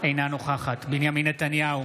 אינה נוכחת בנימין נתניהו